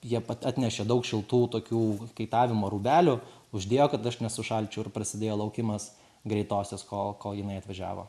jie atnešė daug šiltų tokių kaitavimo rūbelių uždėjo kad aš nesušalčiau ir prasidėjo laukimas greitosios kol kol jinai atvažiavo